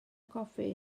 goffi